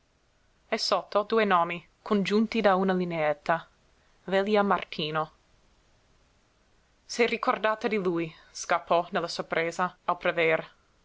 e sotto due nomi congiunti da una lineetta velia-martino s'è ricordata di lui scappò nella sorpresa al prever